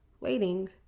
Waiting